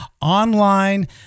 online